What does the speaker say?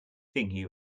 thinking